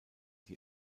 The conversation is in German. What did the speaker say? die